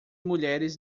mulheres